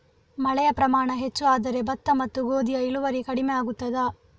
ಮಳೆಯ ಪ್ರಮಾಣ ಹೆಚ್ಚು ಆದರೆ ಭತ್ತ ಮತ್ತು ಗೋಧಿಯ ಇಳುವರಿ ಕಡಿಮೆ ಆಗುತ್ತದಾ?